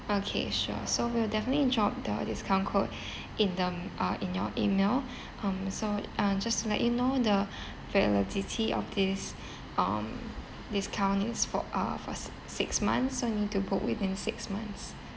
okay sure so we'll definitely drop the discount code in them uh in your email um so uh just let you know the validity of this um discount is for uh for six six months so need to book within six months